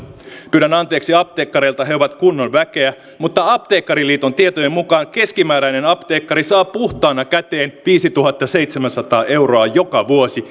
pyydän anteeksi apteekkareilta he ovat kunnon väkeä mutta apteekkariliiton tietojen mukaan keskimääräinen apteekkari saa puhtaana käteen viisituhattaseitsemänsataa euroa joka vuosi